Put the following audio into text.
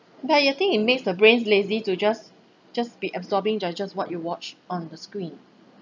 but you think it makes the brains lazy to just just be absorbing digest what you watch on the screen